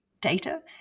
data